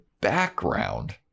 background